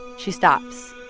she stops.